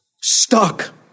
stuck